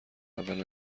اول